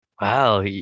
Wow